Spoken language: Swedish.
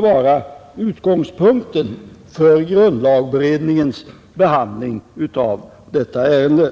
vara utgångspunkten för grundlagberedningens behandling av detta ärende.